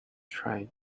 try